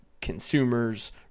consumers